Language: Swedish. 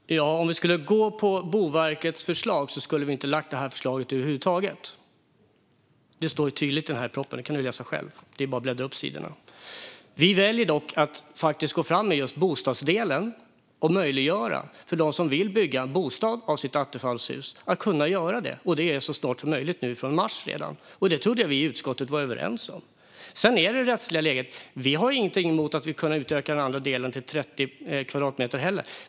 Fru talman! Om vi skulle följa Boverkets förslag skulle vi inte ha lagt fram det här förslaget över huvud taget. Det står tydligt i propositionen. Det kan du läsa själv. Det är bara att bläddra upp sidorna. Vi väljer dock att gå fram med just bostadsdelen och möjliggöra för dem som vill bygga en bostad av sitt attefallshus att kunna göra det. Det ska kunna ske så snart som möjligt redan nu från mars. Det trodde jag att vi var överens om i utskottet. När det gäller det rättsliga läget har vi ingenting emot att man ska kunna utöka den andra delen till 30 kvadratmeter.